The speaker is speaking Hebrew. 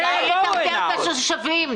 די לטרטר אותם.